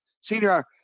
Senior